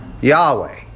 Yahweh